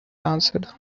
answered